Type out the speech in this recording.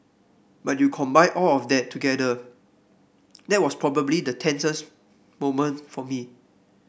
but you combine all of that together that was probably the tensest moment for me